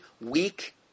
weak